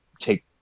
take